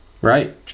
Right